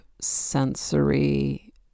sensory